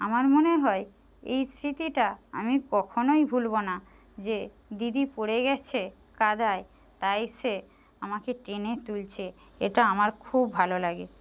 আমার মনে হয় এই স্মৃতিটা আমি কখনোই ভুলব না যে দিদি পড়ে গেছে কাদায় তাই সে আমাকে টেনে তুলছে এটা আমার খুব ভালো লাগে